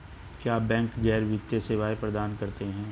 क्या बैंक गैर वित्तीय सेवाएं प्रदान करते हैं?